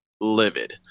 livid